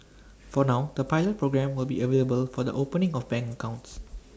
for now the pilot programme will be available for the opening of bank accounts